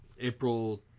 April